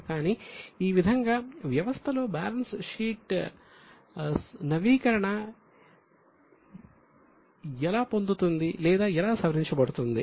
కానీ ఈ విధంగా వ్యవస్థలో బ్యాలెన్స్ షీట్ నవీకరణ పొందుతుంది లేదా సవరించబడుతుంది